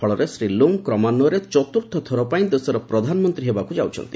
ଫଳରେ ଶ୍ରୀ ଲୁଙ୍ଗ୍ କ୍ରମାନ୍ୱୟରେ ଚତୁର୍ଥଥର ପାଇଁ ଦେଶର ପ୍ରଧାନମନ୍ତ୍ରୀ ହେବାକୁ ଯାଉଛନ୍ତି